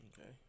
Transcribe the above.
Okay